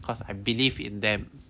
cause I believe in them